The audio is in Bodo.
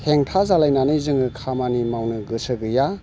हेंथा जालायनानै जोङो खामानि मावनो गोसो गैया